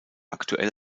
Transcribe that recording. aktuell